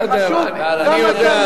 לעניין, זה חשוב.